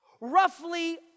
roughly